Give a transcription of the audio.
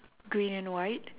green and white